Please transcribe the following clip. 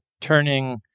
turning